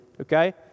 Okay